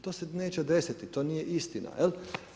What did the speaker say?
To se neće desiti, to nije istina, jel.